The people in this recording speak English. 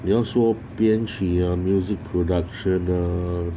你要说编曲 ah music production ah